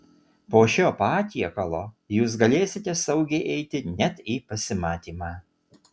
po šio patiekalo jūs galėsite saugiai eiti net į pasimatymą